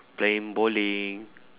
playing bowling